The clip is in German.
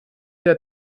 der